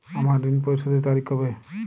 আমার ঋণ পরিশোধের তারিখ কবে?